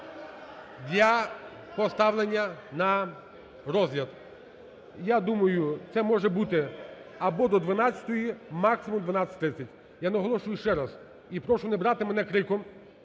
для поставлення на розгляд. Я думаю, це може бути або до 12-ої, максимум 12:30. Я наголошую ще раз і прошу не брати мене криком.